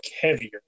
heavier